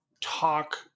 talk